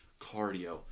cardio